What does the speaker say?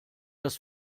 das